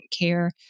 care